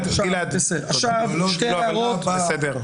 שתי הערות אחרונות.